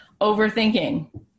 Overthinking